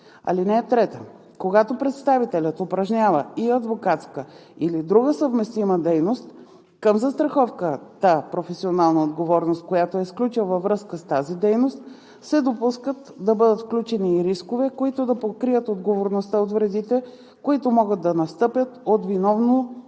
ал. 1. (3) Когато представителят упражнява и адвокатска или друга съвместима дейност, към застраховката „Професионална отговорност“, която е сключил във връзка с тази дейност, се допуска да бъдат включени и рискове, които да покрият отговорността от вредите, които могат да настъпят от виновно неизпълнение